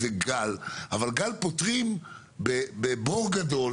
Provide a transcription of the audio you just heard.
נכון, זה גל, אבל גל פותרים בבור גדול